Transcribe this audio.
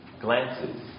glances